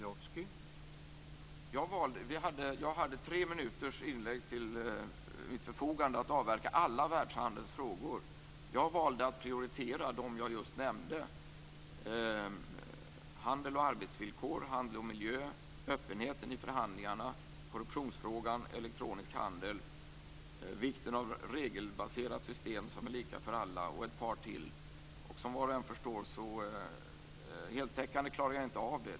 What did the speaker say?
Herr talman! Jag hade tre minuter till förfogande för att i mitt inlägg avhandla alla världshandelns frågor. Jag valde att prioritera dem som jag just nämnt: handel och arbetsvillkor, handel och miljö, öppenheten i förhandlingarna, korruptionsfrågan, elektronisk handel, vikten av ett regelbaserat system som är lika för alla och ett par frågor till. Som var och en förstår klarade jag inte att göra någon heltäckande redovisning.